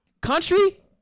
Country